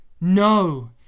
No